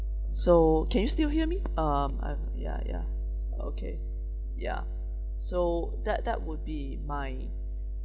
so can you still hear me um I've ya ya okay ya so that that would be my